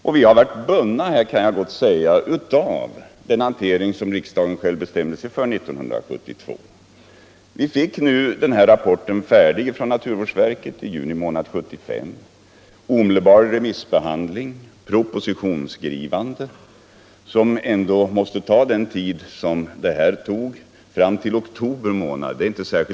Jag kan gott säga att vi här har varit bundna av den hantering som riksdagen beslutade sig för 1972. Rapporten från naturvårdsverket blev färdig i juni 1975 och blev då omedelbart föremål för remissbehandling. Därefter vidtog propositionsskrivandet, som måste ta den tid det tog, fram till oktober månad.